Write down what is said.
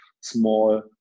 small